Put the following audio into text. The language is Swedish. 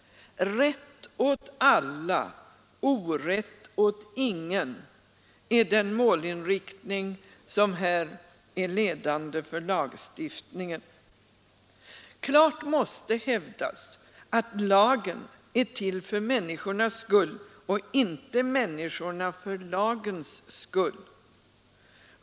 ”Rätt åt alla, orätt åt ingen” är den målinriktning som här är ledande för lagstiftningen. Klart måste hävdas att lagen är till för människornas skull och inte människorna för lagens skull.